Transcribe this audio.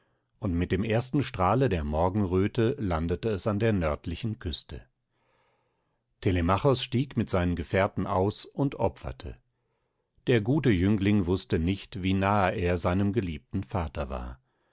und mit dem ersten strahle der morgenröte landete es an der nördlichen küste telemachos stieg mit seinen gefährten aus und opferte der gute jüngling wußte nicht wie nahe er seinem geliebten vater war